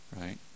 right